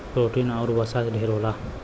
protein आउर वसा ढेर होला